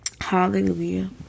Hallelujah